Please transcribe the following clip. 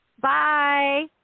Bye